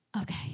okay